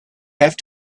have